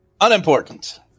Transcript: Unimportant